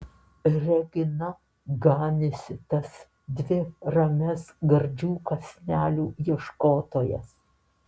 regina ganiusi tas dvi ramias gardžių kąsnelių ieškotojas